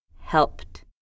helped